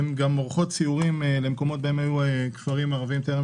הן גם עורכות סיורים למקומות בהם היו כפרים ערביים טרם